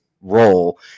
role